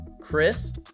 Chris